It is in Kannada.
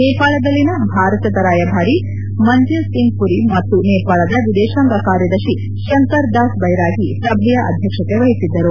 ನೇಪಾಳದಲ್ಲಿನ ಭಾರತದ ರಾಯಭಾರಿ ಮಂಜೀವ್ ಸಿಂಗ್ ಪುರಿ ಮತ್ತು ನೇಪಾಳದ ವಿದೇಶಾಂಗ ಕಾರ್ಯದರ್ಶಿ ಶಂಕರ್ ದಾಸ್ ಬೈರಾಗಿ ಸಭೆಯ ಅಧ್ಯಕ್ಷತೆ ವಹಿಸಿದ್ದರು